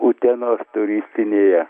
utenos turistinėje